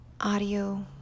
Audio